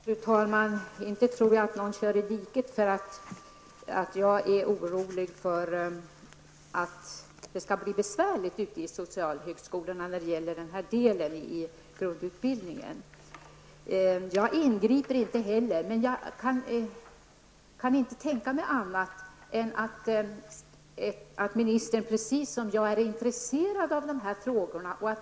Fru talman! Inte tror jag att någon kör i diket för att jag är orolig för att det skall bli besvärligt på socialhögskolorna i fråga om denna del av grundutbildningen. Jag ingriper inte heller, men jag kan inte tänka mig annat än att ministern precis som jag är intresserad av dessa frågor.